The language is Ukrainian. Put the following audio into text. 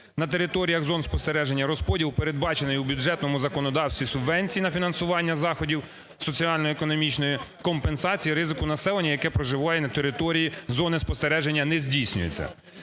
на територіях зон спостереження, розподіл, передбачений у бюджетному законодавстві субвенції на фінансування заходів соціально-економічної компенсації ризику населення, яке проживає на території зони спостереження, не здійснюється.